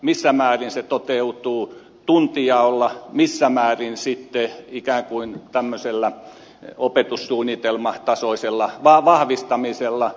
missä määrin se toteutuu tuntijaolla missä määrin sitten ikään kuin tämmöisellä opetussuunnitelmatasoisella vahvistamisella